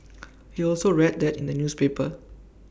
he also read that in the newspaper